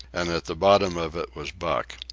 and at the bottom of it was buck.